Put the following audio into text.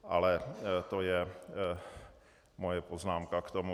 Ale to je moje poznámka k tomu.